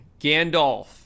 Gandalf